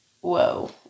whoa